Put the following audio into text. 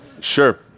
Sure